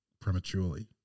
prematurely